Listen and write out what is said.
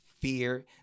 fear